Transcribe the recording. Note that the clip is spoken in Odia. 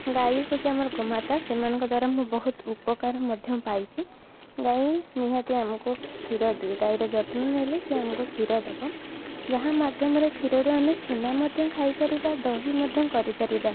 ଗାଈ ହେଉଛି ଆମର ଗୋମାତା ସେମାନଙ୍କ ଦ୍ଵାରା ମୁଁ ବହୁତ ଉପକାର ମଧ୍ୟ ପାଇଛି ଗାଈ ନିହାତି ଆମକୁ କ୍ଷୀର ଦିଏ ଗାଈର ଯତ୍ନ ନେଲେ ସେ ଆମକୁ କ୍ଷୀର ଦେବ ଯାହା ମାଧ୍ୟମରେ କ୍ଷୀରରୁ ଆମେ ଛେନା ମଧ୍ୟ ଖାଇପାରିବା ଦହି ମଧ୍ୟ କରିପାରିବା